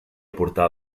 portar